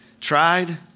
tried